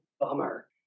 bummer